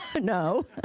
no